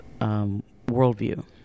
worldview